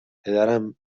پدرم